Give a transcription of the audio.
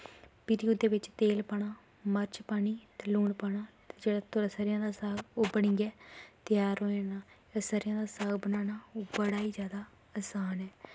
भिरी ओह्दे बिच्च तेल पाना मर्च पानी ते लून पाना ते जेह्ड़ा थोआड़ा सरेआं दा साग ओह् बनियै त्यार होई जाना ते सरेआं दा साग बनाना ओह् बड़ा ई जादा असान ऐ